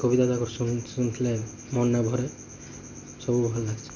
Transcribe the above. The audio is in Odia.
କବିତା ଯାକ ଶୁଣୁ ଶୁଣୁଥିଲେ ମନ ନାଇଁ ଭରେ ସବୁ ଭଲ୍ ଲାଗ୍ସି